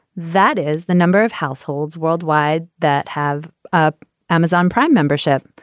that is the number of households worldwide that have ah amazon prime membership.